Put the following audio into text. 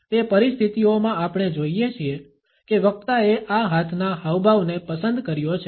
તે પરિસ્થિતિઓમાં આપણે જોઇએ છીએ કે વક્તાએ આ હાથના હાવભાવને પસંદ કર્યો છે